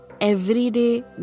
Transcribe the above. everyday